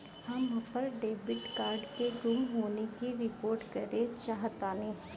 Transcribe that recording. हम अपन debit card के गुम होने की रिपोर्ट करे चाहतानी